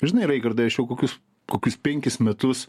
žinai raigardai aš jau kokius kokius penkis metus